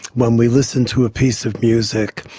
when we listen to a piece of music,